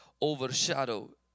overshadow